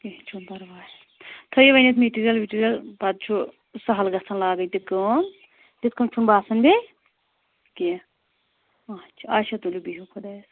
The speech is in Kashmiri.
کیٚنٛہہ چھُنہٕ پَرواے تھٲیِو ؤنِتھ میٹیٖریَل وِٹیٖریَل پَتہٕ چھُ سَہل گژھان لاگٕنۍ تہِ کٲم تِتھ کٔنۍ چھُنہٕ باسان بیٚیہِ کیٚنٛہہ اچھا اچھا تُلِو بِہِو خۄدایَس